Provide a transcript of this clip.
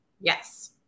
Yes